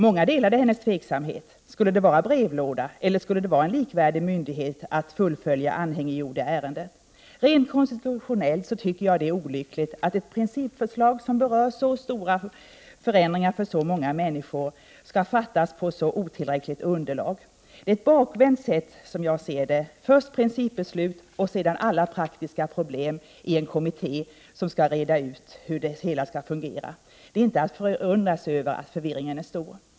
Många delade hennes tveksamhet. Skulle det vara brevlåda, eller skulle det vara en likvärdig myndighet för att fullfölja anhängiggjorda ärenden? Jag tycker att det rent konstitutionellt är olyckligt att ett principförslag som innebär så stora förändringar för så många människor skall fattas på så otillräckligt underlag. Det är ett bakvänt sätt, som jag ser det — först principbeslut, och sedan alla praktiska problem i en kommitté som skall reda ut hur det hela skall fungera. Det är inte att undra på att förvirringen är stor.